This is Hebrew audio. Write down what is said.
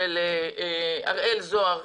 של אראל זוהר,